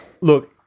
Look